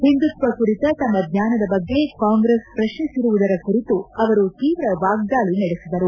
ಹಿಂದುತ್ವ ಕುರಿತ ತಮ್ಮ ಜ್ವಾನದ ಬಗ್ಗೆ ಕಾಂಗ್ರೆಸ್ ಪ್ರತ್ನಿಸಿರುವುದರ ಕುರಿತು ಅವರು ತೀವ್ರ ವಾಗ್ವಾಳಿ ನಡೆಸಿದರು